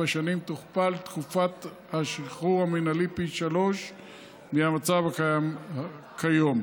שנים תוכפל תקופת השחרור המינהלי פי שלושה מהמצב הקיים כיום,